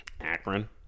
Akron